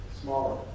smaller